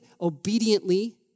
obediently